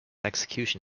execution